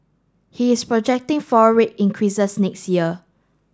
he is projecting four rate increases next year